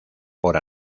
por